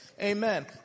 Amen